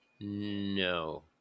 no